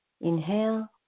inhale